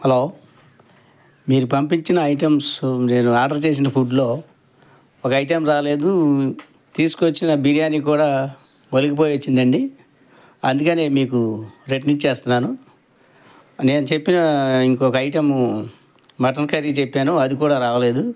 hello మీరు పంపించిన items నేను ఆర్డర్ చేసిన ఫుడ్లో ఒక ఐటమ్ రాలేదు తీసుకొచ్చిన బిర్యానీ కూడా ఒలికిపోయి వచ్చిందండి అందుకనే మీకు రిటర్న్ ఇచ్చేస్తున్నాను నేను చెప్పిన ఇంకొక ఐటము మటన్ కర్రీ చెప్పాను అది కూడా రాలేదు